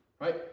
right